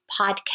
podcast